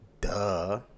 duh